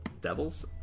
devils